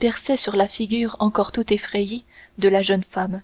perçait sur la figure encore tout effrayée de la jeune femme